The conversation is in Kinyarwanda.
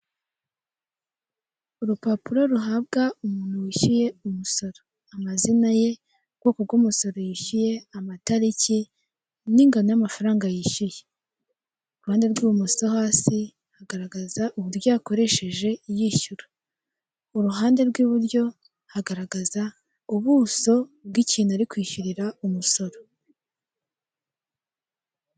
Urupapuro ruhabwa umuntu wishyuye umusoro. Amazina ye ubwoko bw'umusoro yishyuye, amatariki n'ingano y'amafaranga yishyuye. Iruhande rw'ibumoso hasi hagaragaza uburyo yakoresheje iyishyura. Iruhande rw'iburyo hagaragaza ubuso bw'ikintu ari kwishyurira umusoro.